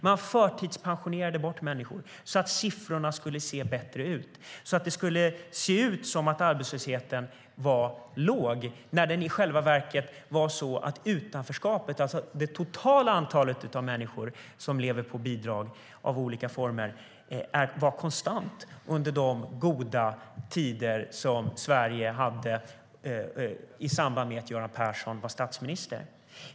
De förtidspensionerade människor så att siffrorna skulle se bättre ut, så att det skulle se ut som att arbetslösheten var låg när utanförskapet, det totala antalet människor som levde på olika former av bidrag, i själva verket var konstant under de goda tider som Sverige hade samtidigt som Göran Persson var statsminister.